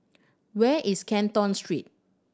where is Canton Street